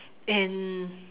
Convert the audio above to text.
and